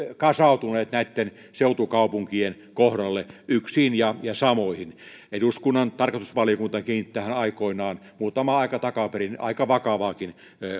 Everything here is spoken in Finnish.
kasautuneet näitten seutukaupunkien kohdalle yksiin ja ja samoihin eduskunnan tarkastusvaliokunta kiinnitti tähän aikoinaan muutama aika takaperin aika vakavaakin